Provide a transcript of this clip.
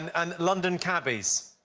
and london cabbies.